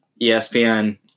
ESPN